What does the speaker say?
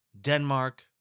Denmark